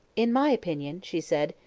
in my opinion, she said,